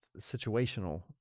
situational